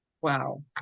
Wow